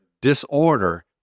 disorder